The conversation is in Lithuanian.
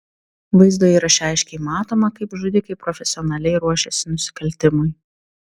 vaizdo įraše aiškiai matoma kaip žudikai profesionaliai ruošiasi nusikaltimui